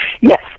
Yes